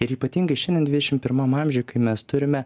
ir ypatingai šiandien dvidešim pirmam amžiuj kai mes turime